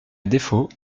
défaut